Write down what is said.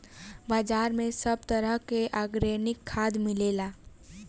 बाजार में सब तरह के आर्गेनिक खाद मिलेला